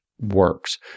works